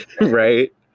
right